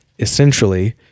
essentially